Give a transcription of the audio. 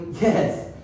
Yes